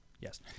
Yes